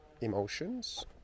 emotions